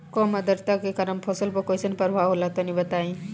कम आद्रता के कारण फसल पर कैसन प्रभाव होला तनी बताई?